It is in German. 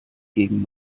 gegen